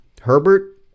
Herbert